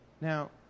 Now